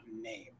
name